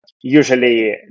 usually